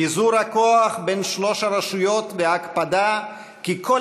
פיזור הכוח בין שלוש הרשויות וההקפדה כי כל